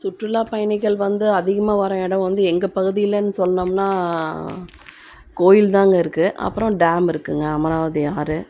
சுற்றுலாப்பயணிகள் வந்து அதிகமாக வர இடம் வந்து எங்கே பகுதியிலன்னு சொன்னோம்ன்னா கோவில்தாங்க இருக்குது அப்புறம் டேம் இருக்குதுங்க அமராவதி ஆறு